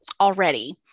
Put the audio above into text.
already